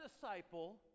disciple